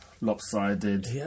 lopsided